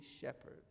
shepherd